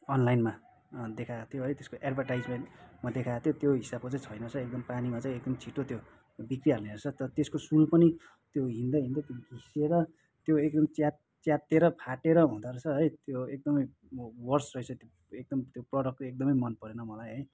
अनलाइनमा देखाएको थियो है त्यसको एडभर्टाइजमेन्टमा देखाएको थियो त्यो हिसाबको छैन रहेछ एकदम पानीमा एकदम छिटो त्यो बिग्रिहाल्ने रहेछ तर त्यसको सोल पनि त्यो हिँड्दा हिँड्दै घिसिएर त्यो एकदम च्यात् च्यातिएर फाटेर हुँदोरहेछ है त्यो एकदमै व वर्स रहेछ त्यो एकदम त्यो प्रोडक्ट एकदमै मन परेन मलाई है